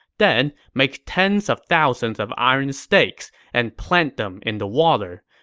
then, make tens of thousands of iron stakes, and plant them in the water.